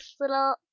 little